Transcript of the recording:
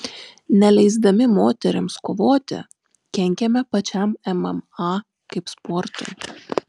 neleisdami moterims kovoti kenkiame pačiam mma kaip sportui